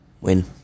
Win